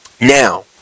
Now